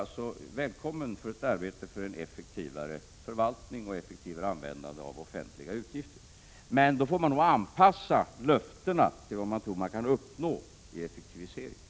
Därför säger jag: Välkommen till ett arbete för en effektivare förvaltning och ett effektivare användande av offentliga medel. Men då får man nog anpassa löftena till vad man tror att man kan uppnå i effektivisering.